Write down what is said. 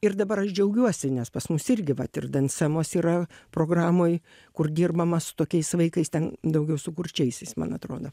ir dabar aš džiaugiuosi nes pas mus irgi vat ir dansemos yra programoj kur dirbama su tokiais vaikais ten daugiau su kurčiaisiais man atrodo